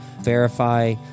verify